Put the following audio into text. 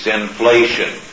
inflation